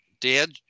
dad